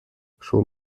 schon